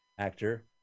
actor